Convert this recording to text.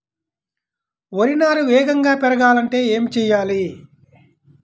వరి నారు వేగంగా పెరగాలంటే ఏమి చెయ్యాలి?